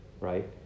right